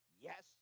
Yes